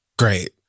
great